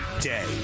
day